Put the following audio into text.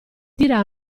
dirà